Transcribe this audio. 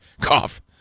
cough